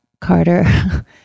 carter